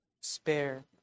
spare